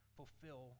fulfill